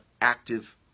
active